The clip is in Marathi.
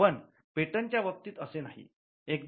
पण पेटंट च्या बाबतीत असे नाही